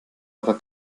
aber